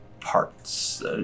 parts